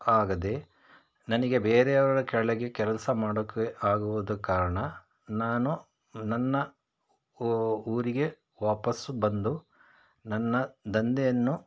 ಆಗದೇ ನನಗೆ ಬೇರೆಯವರ ಕೆಳಗೆ ಕೆಲಸ ಮಾಡೋಕ್ಕೆ ಆಗುವುದ ಕಾರಣ ನಾನು ನನ್ನ ಊ ಊರಿಗೆ ವಾಪಸ್ಸು ಬಂದು ನನ್ನ ದಂಧೆಯನ್ನು